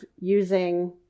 using